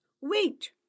Wait